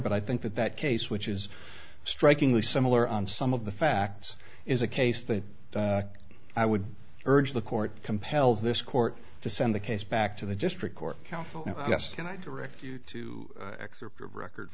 but i think that that case which is strikingly similar on some of the facts is a case that i would urge the court compels this court to send the case back to the district court counsel yes can i direct you to excerpt of record